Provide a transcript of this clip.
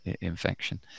infection